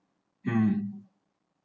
um